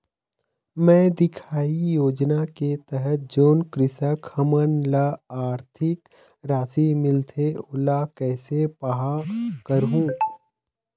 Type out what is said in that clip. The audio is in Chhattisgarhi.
मैं दिखाही योजना के तहत जोन कृषक हमन ला आरथिक राशि मिलथे ओला कैसे पाहां करूं?